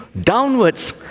downwards